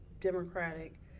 Democratic